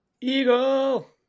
Eagle